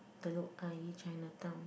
Telok-Ayer Chinatown